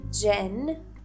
Jen